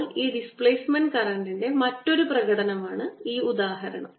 ഇപ്പോൾ ഈ ഡിസ്പ്ലേസ്മെൻറ് കറൻറ്ൻറെ മറ്റൊരു പ്രകടനമാണ് ഈ ഉദാഹരണം